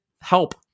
help